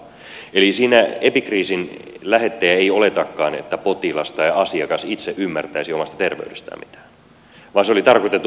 eli siinä epikriisin lähettäjä ei oletakaan että potilas tai asiakas itse ymmärtäisi omasta terveydestään mitään vaan se oli tarkoitettu toiselle ammattilaiselle